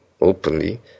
openly